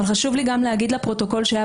אבל חשוב לי גם להגיד לפרוטוקול שהיה